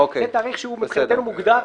זה תאריך שהוא מבחינתנו מוגדר,